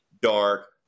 dark